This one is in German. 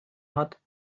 hat